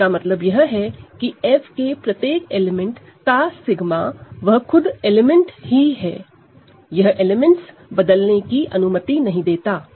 इसका मतलब यह है की F के प्रत्येक एलिमेंट का सिगमा वह खुद एलिमेंट ही है यह एलिमेंट्स बदलने की अनुमति नहीं देता है